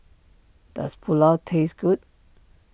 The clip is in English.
does Pulao taste good